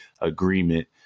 agreement